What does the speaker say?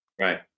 right